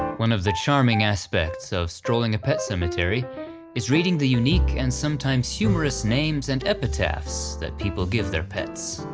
one of the charming aspects of strolling a pet cemetery is reading the unique and sometimes humorous names and epitaphs that people give their pets.